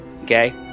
Okay